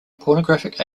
pornographic